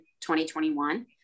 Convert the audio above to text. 2021